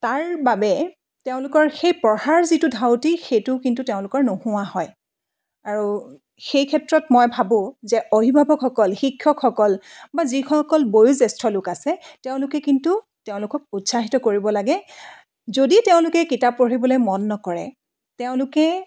তাৰ বাবে তেওঁলোকৰ সেই পঢ়াৰ যিটো ধাউতি সেইটো কিন্তু তেওঁলোকৰ নোহোৱা হয় আৰু সেই ক্ষেত্ৰত মই ভাবোঁ যে অভিভাৱকসকল শিক্ষকসকল বা যিসকল বয়োজ্যেষ্ঠ লোক আছে তেওঁলোকে কিন্তু তেওঁলোকক উৎসাহিত কৰিব লাগে যদি তেওঁলোকে কিতাপ পঢ়িবলৈ মন নকৰে তেওঁলোকে